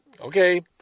okay